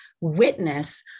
witness